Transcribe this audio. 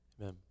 amen